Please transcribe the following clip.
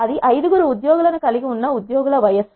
అది ఐదు గురు ఉద్యోగులను కలిగి ఉన్న ఉద్యోగుల వయస్సు